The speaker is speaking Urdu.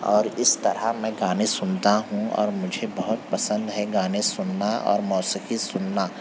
اور اس طرح میں گانے سنتا ہوں اور مجھے بہت پسند ہے گانے سننا اور موسیقی سننا